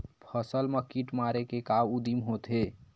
फसल मा कीट मारे के का उदिम होथे?